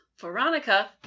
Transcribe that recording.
Veronica